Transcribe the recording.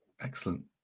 excellent